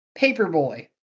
Paperboy